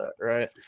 right